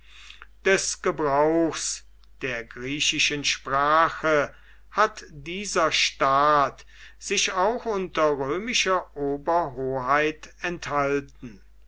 des gebrauchs der griechischen sprache hat dieser staat sich auch unter römischer oberhoheit enthalten